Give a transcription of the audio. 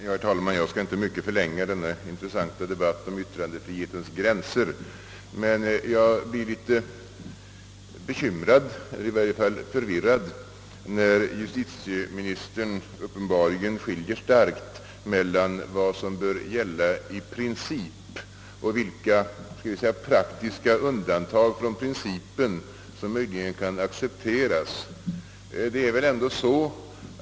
Herr talman! Jag skall inte mycket förlänga denna intressanta debatt om yttrandefrihetens gränser. Men jag blir litet bekymrad — i varje fall förvirrad — när justitieministern uppenbarligen skiljer starkt mellan vad som bör gälla i princip och vilka praktiska undantag från principen som möjligen kan accepteras.